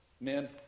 Men